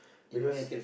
because